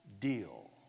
deal